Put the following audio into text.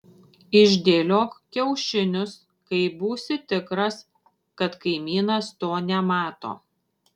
išdėliok kiaušinius kai būsi tikras kad kaimynas to nemato